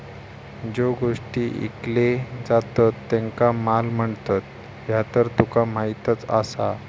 ज्यो गोष्टी ईकले जातत त्येंका माल म्हणतत, ह्या तर तुका माहीतच आसा